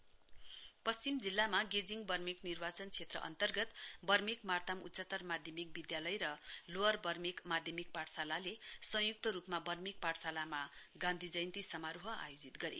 Gandhi Jayanti west पश्चिम जिल्लामा गेजिह बर्मेक निर्वाचन क्षेत्र अन्तर्गत बर्मेक मार्ताम उच्चत्तर माध्यमिक विद्यालय र लोवर बर्मेक माध्यमिक पाठशालाले संयुक्त रूपमा बर्मेक पाठशालामा गान्धी जयन्ती समारोह आयोजित गरे